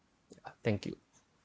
thank you